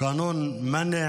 להלן תרגומם: